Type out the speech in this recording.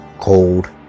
cold